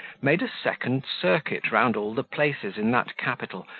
made a second circuit round all the places in that capital,